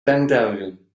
dandelion